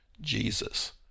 Jesus